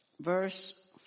verse